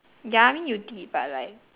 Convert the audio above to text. ya I mean you did but like